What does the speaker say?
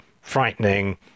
frightening